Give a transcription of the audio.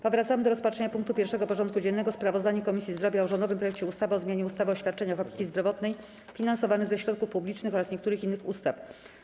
Powracamy do rozpatrzenia punktu 1. porządku dziennego: Sprawozdanie Komisji Zdrowia o rządowym projekcie ustawy o zmianie ustawy o świadczeniach opieki zdrowotnej finansowanych ze środków publicznych oraz niektórych innych ustaw.